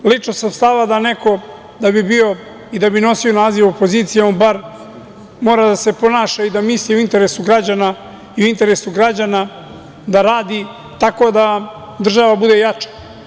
Lično sam stava da neko da bi bio i da bi nosio naziv opozicije on bar mora da se ponaša i da misli u interesu građana i u interesu građana da radi tako da država bude jača.